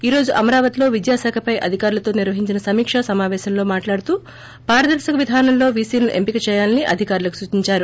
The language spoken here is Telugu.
ఈ రోజు అమరావతిలో విద్యాశాఖపై అధికారులతో నిర్వహించిన సమీక్ష సమాపేశంలో మాట్లాడుతూ పారదర్శక విధానంలో వీసీలను ఎంపిక చేయాలని అధికారులకు సూచించారు